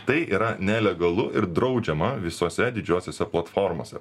tai yra nelegalu ir draudžiama visose didžiosiose platformose